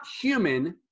human